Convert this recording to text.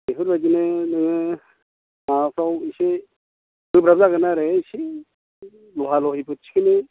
बेफोरबायदिनो नोङो माबाफोराव एसे गोब्राब जागोन आरो इसे लहा लहिफोर दिखांनो